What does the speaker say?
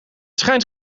schijnt